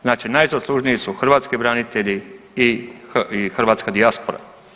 Znači najzaslužniji su hrvatski branitelji i hrvatska dijaspora.